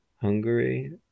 Hungary